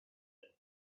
and